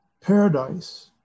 Paradise